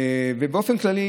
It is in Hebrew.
באופן כללי,